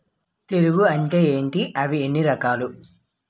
తెగులు అంటే ఏంటి అవి ఎన్ని రకాలు?